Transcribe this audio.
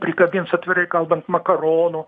prikabins atvirai kalban makaronų